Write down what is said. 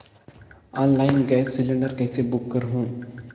Online gas cylinder कइसे book करहु?